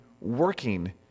working